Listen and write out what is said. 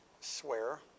swear